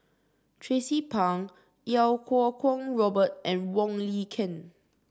Tracie Pang Iau Kuo Kwong Robert and Wong Lin Ken